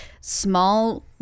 small